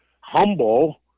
humble